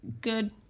good